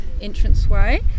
entranceway